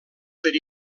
per